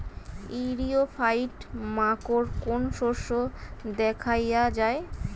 ইরিও ফাইট মাকোর কোন শস্য দেখাইয়া যায়?